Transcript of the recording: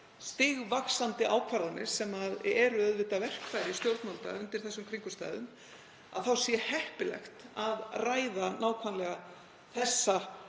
stigvaxandi ákvarðanir, sem eru auðvitað verkfæri stjórnvalda undir slíkum kringumstæðum, sé heppilegt að ræða nákvæmlega þessa